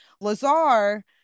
Lazar